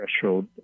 threshold